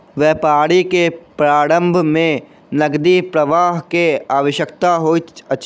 व्यापार के प्रारम्भ में नकदी प्रवाह के आवश्यकता होइत अछि